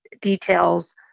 details